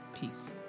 Peace